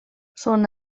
són